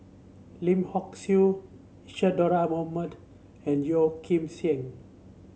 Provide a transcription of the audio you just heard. Lim Hock Siew Isadhora Mohamed and Yeo Kim Seng